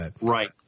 Right